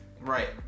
right